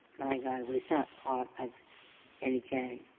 my guy was not part of any gang.